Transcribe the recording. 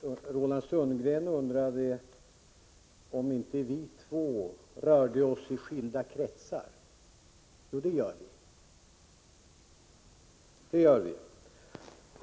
Herr talman! Roland Sundgren undrade om inte vi två rörde oss i skilda kretsar. Jo, det gör vi.